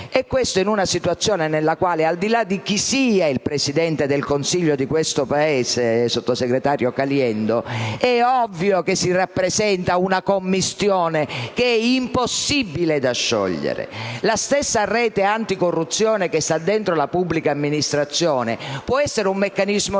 ciò, in una situazione nella quale, al di là di chi sia il Presidente del Consiglio di questo Paese, sottosegretario Caliendo, è ovvio che ciò rappresenta una commistione che è impossibile da sciogliere. La stessa rete anticorruzione che sta dentro la pubblica amministrazione può essere un meccanismo di